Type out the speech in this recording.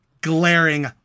glaring